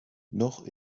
noch